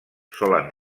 solen